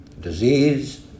disease